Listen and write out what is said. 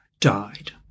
died